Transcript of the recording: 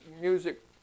music